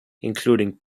including